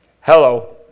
Hello